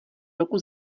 roku